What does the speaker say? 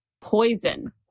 poison